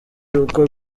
uko